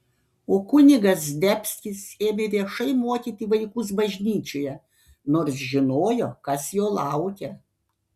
o kunigas zdebskis ėmė viešai mokyti vaikus bažnyčioje nors žinojo kas jo laukia